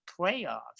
playoffs